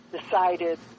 decided